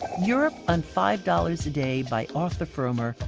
europe on five dollars a day by arthur frommer,